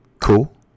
Cool